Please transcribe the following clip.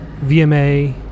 VMA